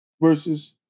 versus